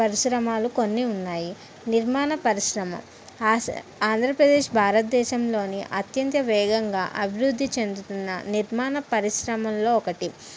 పరిశ్రమలు కొన్ని ఉన్నాయి నిర్మాణ పరిశ్రమ ఆశ ఆంధ్రప్రదేశ్ భారతదేశంలోని అత్యంత వేగంగా అభివృద్ధి చెందుతున్న నిర్మాణ పరిశ్రమల్లో ఒకటి